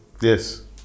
yes